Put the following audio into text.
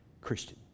Christian